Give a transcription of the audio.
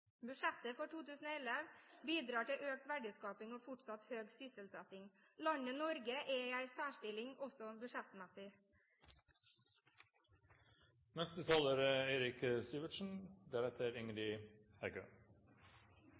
Budsjettet for 2011 bidrar til økt verdiskaping og fortsatt høy sysselsetting. Landet Norge er i en særstilling, også